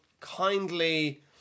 kindly